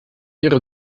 ihre